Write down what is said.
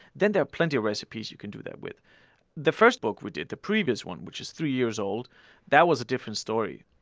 then there are plenty of recipes you can do that with the first book we did the previous one, which is three years old that was a different story.